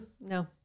No